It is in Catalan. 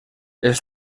els